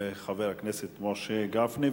וחבר הכנסת משה גפני.